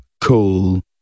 cool